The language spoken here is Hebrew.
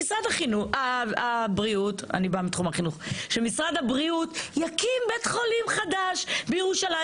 שמשרד הבריאות אני באה מתחום החינוך יקים בית חולים חדש בירושלים,